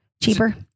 cheaper